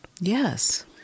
Yes